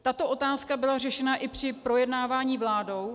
Tato otázka byla řešena i při projednávání vládou.